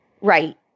right